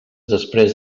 després